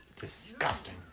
Disgusting